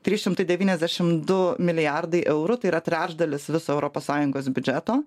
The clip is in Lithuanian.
trys šimtai devyniasdešimt du milijardai eurų tai yra trečdalis viso europos sąjungos biudžeto